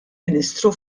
ministru